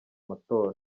matora